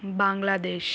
Bangladesh